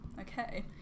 Okay